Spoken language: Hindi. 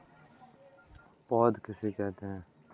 पौध किसे कहते हैं?